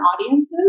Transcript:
audiences